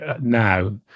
now